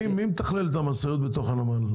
מי מתכלל את המשאיות בתוך הנמל?